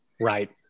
Right